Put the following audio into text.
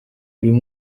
uyu